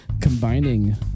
combining